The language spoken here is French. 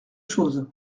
chose